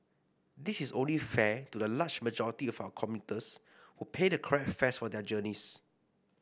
this is only fair to the large majority of our commuters who pay the correct fares for their journeys